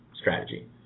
strategy